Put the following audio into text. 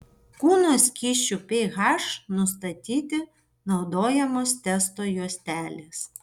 kūno skysčių ph nustatyti naudojamos testo juostelės